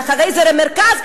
ואחרי זה למרכז,